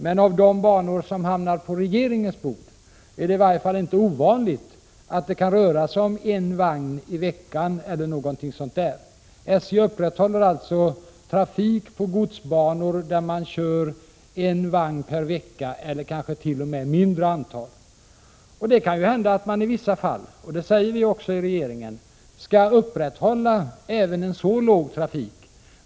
Men när det gäller ärenden som hamnar på regeringens bord är det inte ovanligt att det kan röra sig om banor där det passerar en vagn i veckan eller liknande. SJ upprätthåller trafik på godsbanor där man kör en vagn per vecka eller kanske t.o.m. mindre. Det kan hända att man i vissa fall skall upprätthålla även en så låg trafik. Det säger vi också i regeringen.